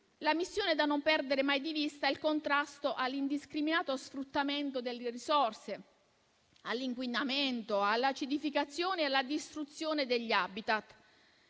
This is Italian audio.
La missione da non perdere mai di vista è il contrasto all'indiscriminato sfruttamento delle risorse, all'inquinamento, all'acidificazione e alla distruzione degli *habitat*.